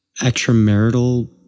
extramarital